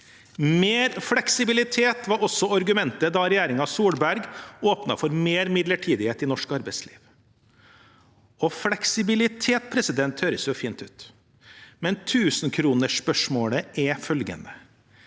Mer fleksibilitet var også argumentet da regjeringen Solberg åpnet for mer midlertidighet i norsk arbeidsliv. Fleksibilitet høres jo fint ut, men tusenkronersspørsmålet er følgende: